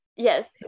Yes